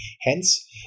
Hence